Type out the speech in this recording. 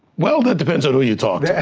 well, that depends on who you talk yeah